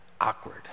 awkward